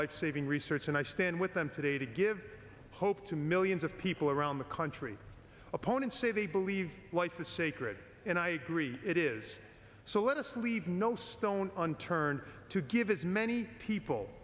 lifesaving research and i stand with them today to give hope to millions of people around the country opponents say they believe life is sacred and i agree it is so let us leave no stone unturned to give as many people